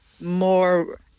more